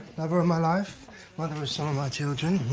lover of my life, mother of some of my children.